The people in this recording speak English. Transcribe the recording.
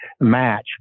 match